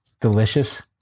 Delicious